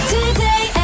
Today